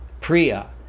priya